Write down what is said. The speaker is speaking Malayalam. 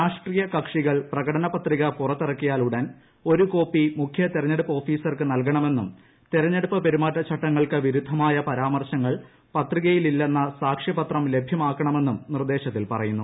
രാഷ്ട്രീയ കക്ഷ്ട്രികൾ പ്രകടന പത്രിക പുറത്തിറക്കിയാലുടൻ ഒരു കോപ്പി മുഖ്യ തിരഞ്ഞെടുപ്പ് ഓ ഫീസർക്ക് നൽകണമെന്നും തിര്ഞ്ഞെടുപ്പ് പെരുമാറ്റച്ചട്ടങ്ങൾ ക്ക് വിരുദ്ധമായ പരാമർശങ്ങൾ പ്രതികയിലില്ലെന്ന് സാക്ഷ്യപ ത്രം ലഭ്യമാക്കണമെന്നും ന്റിർദ്ദേശത്തിൽ പറയുന്നു